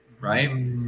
right